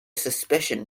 suspension